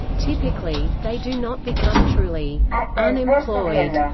typically, they do not become truly unemployed,